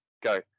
go